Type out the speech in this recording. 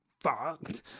fucked